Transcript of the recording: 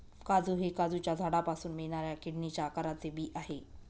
काजू हे काजूच्या झाडापासून मिळणाऱ्या किडनीच्या आकाराचे बी आहे